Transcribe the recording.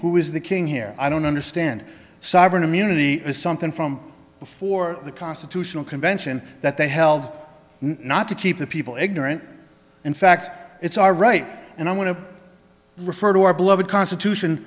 who is the king here i don't understand sovereign immunity is something from before the constitutional convention that they held not to keep the people ignorant in fact it's our right and i want to refer to our beloved constitution